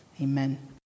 amen